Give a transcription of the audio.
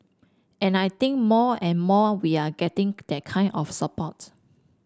and I think more and more we are getting that kind of support